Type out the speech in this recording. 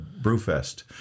Brewfest